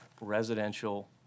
residential